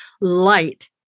light